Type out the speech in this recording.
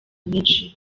menshi